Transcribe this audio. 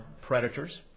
predators